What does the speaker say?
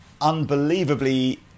unbelievably